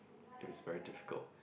if it's very difficult